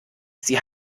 sie